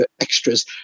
extras